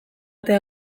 eta